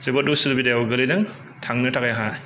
जोबोद उसुबिदायाव गोलैदों थांनो थाखाय आंहा